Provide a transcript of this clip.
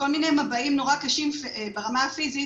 כל מיני מבעים נורא קשים ברמה הפיזית,